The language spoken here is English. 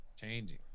Changing